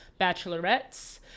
Bachelorettes